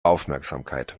aufmerksamkeit